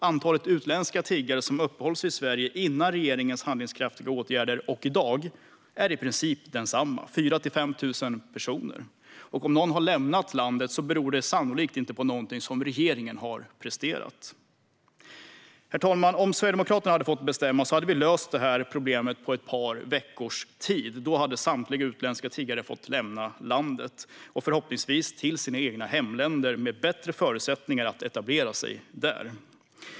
Antalet utländska tiggare som uppehöll sig i Sverige innan regeringen vidtog de handlingskraftiga åtgärderna och antalet i dag är i princip detsamma, nämligen 4 000-5 000 personer. Om någon har lämnat landet beror det sannolikt inte på någonting som regeringen har presterat. Herr talman! Om Sverigedemokraterna hade fått bestämma hade vi löst det här problemet på ett par veckor. Då hade samtliga utländska tiggare fått lämna landet, förhoppningsvis till sina egna hemländer med bättre förutsättningar att etablera sig där.